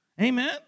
Amen